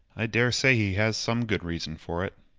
i daresay he has some good reason for it.